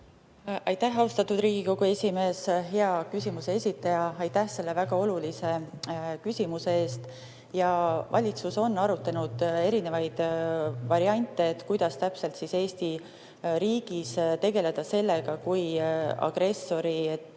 Aitäh, austatud Riigikogu esimees! Hea küsimuse esitaja, aitäh selle väga olulise küsimuse eest! Valitsus on arutanud erinevaid variante, kuidas täpselt Eesti riigis tegeleda sellega, kui agressorit